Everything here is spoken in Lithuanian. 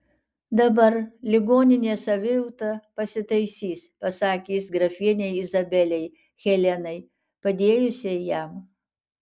dabar ligonės savijauta pasitaisys pasakė jis grafienei izabelei helenai padėjusiai jam